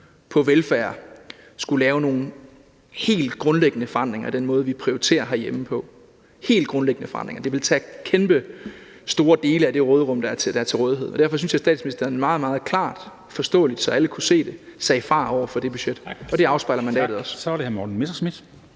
og velfærdsområdet skulle lave nogle helt grundlæggende forandringer af den måde, vi prioriterer på herhjemme, helt grundlæggende forandringer. Det ville tage kæmpestore dele af det råderum, der er til rådighed. Derfor synes jeg, at statsministeren meget, meget klart og forståeligt, så alle kunne se det, sagde fra over for det budget, og det afspejler mandatet også.